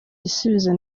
gisubizo